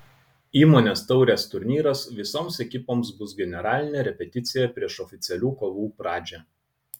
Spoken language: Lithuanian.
įmonės taurės turnyras visoms ekipoms bus generalinė repeticija prieš oficialių kovų pradžią